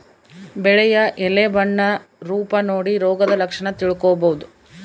ಬೆಳೆಯ ಎಲೆ ಬಣ್ಣ ರೂಪ ನೋಡಿ ರೋಗದ ಲಕ್ಷಣ ತಿಳ್ಕೋಬೋದು